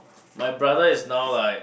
my brother is now like